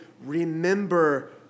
remember